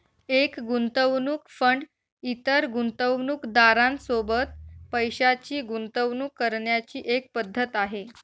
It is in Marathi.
एक गुंतवणूक फंड इतर गुंतवणूकदारां सोबत पैशाची गुंतवणूक करण्याची एक पद्धत आहे